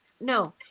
no